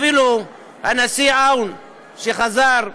אפילו הנשיא עאון, שחזר מגלות,